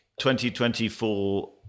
2024